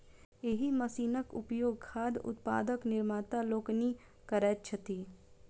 एहि मशीनक उपयोग खाद्य उत्पादक निर्माता लोकनि करैत छथि